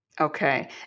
Okay